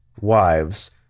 wives